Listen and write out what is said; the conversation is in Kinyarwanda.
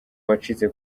wacitse